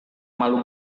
malu